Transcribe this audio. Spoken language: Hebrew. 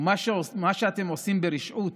ומה שאתם עושים ברשעות